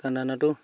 কাৰণ দানাটো